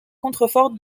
contreforts